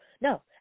no